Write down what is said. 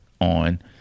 on